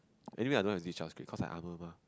anyway I don't have to cause I armor mah